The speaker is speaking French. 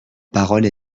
parole